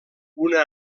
una